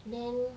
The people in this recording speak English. then